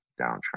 downtrend